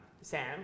Sam